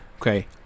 Okay